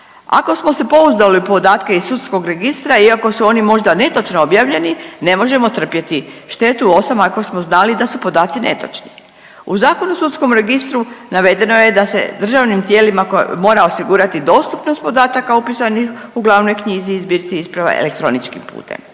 Ako smo se pouzdali u podatke iz sudskog registra i ako su oni možda netočno objavljeni ne možemo trpjeti štetu osim ako smo znali da su podaci netočni. U Zakonu o sudskom registru navedeno je da se državnim tijelima mora osigurati dostupnost podataka upisanih u glavnoj knjizi i zbirci isprava elektroničkim putem.